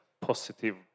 positive